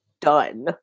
done